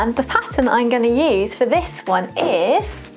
um the pattern i'm going to use for this one is,